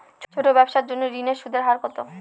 ছোট ব্যবসার জন্য ঋণের সুদের হার কত?